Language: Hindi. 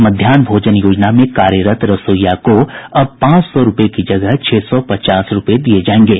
मध्याहन भोजन योजना में कार्यरत रसोईया को अब पांच सौ रूपये की जगह छह सौ पचास रूपये दिये जायंगे